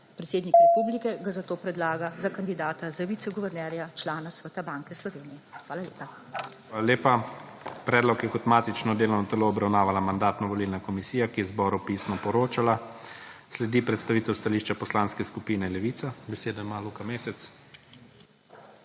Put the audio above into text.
Predsednik republike ga zato predlaga za kandidata za viceguvernerja, člana Sveta Banke Slovenije. Hvala lepa. PREDSEDNIK IGOR ZORČIČ: Hvala lepa. Predlog je kot matično delovno telo obravnavala Mandatno-volilna komisija, ki je zboru pisno poročala. Sledi predstavitev stališča Poslanske skupine Levica. Besedo ima Luka Mesec.